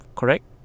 correct